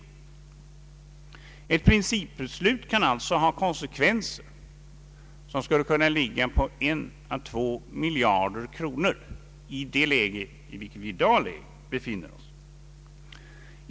Ett principbeslut kan alltså ha konsekvenser i fråga om ökade lönekostnader som för statens del skulle kunna uppgå till en å två miljarder kronor i det läge där vi i dag befinner oss.